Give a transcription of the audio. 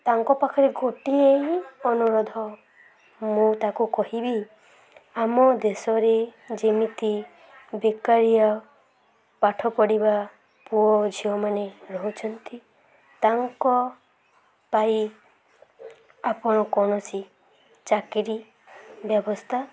ତାଙ୍କ ପାଖରେ ଗୋଟିଏଁ ଅନୁରୋଧ ମୁଁ ତାକୁ କହିବି ଆମ ଦେଶରେ ଯେମିତି ବେକାରିଆ ପାଠ ପଢ଼ିବା ପୁଅ ଝିଅମାନେ ରହୁଛନ୍ତି ତାଙ୍କ ପାଇଁ ଆପଣ କୌଣସି ଚାକିରୀ ବ୍ୟବସ୍ଥା